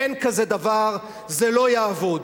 אין כזה דבר, זה לא יעבוד.